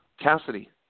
Cassidy